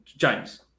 James